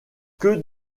que